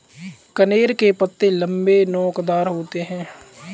कनेर के पत्ते लम्बे, नोकदार होते हैं